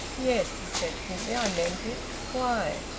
yes, he said simply, i meant it. why?